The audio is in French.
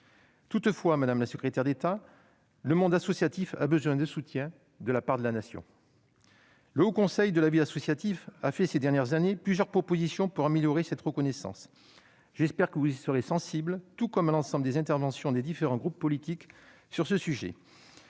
Toutefois, madame la secrétaire d'État, le monde associatif a besoin de soutien de la part de la Nation. Ces dernières années, le Haut Conseil à la vie associative a fait plusieurs propositions pour améliorer cette reconnaissance. J'espère que vous y serez sensible, tout comme à l'ensemble des interventions des différents groupes politiques sur ce sujet.